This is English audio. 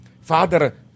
father